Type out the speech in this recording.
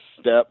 step